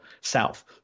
South